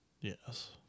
Yes